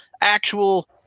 actual